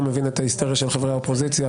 מבין את ההיסטריה של חברי האופוזיציה,